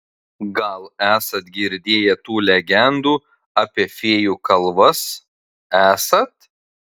gal esat girdėję tų legendų apie fėjų kalvas esat